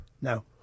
No